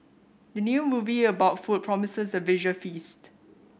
the new movie about food promises a visual feast